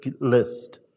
list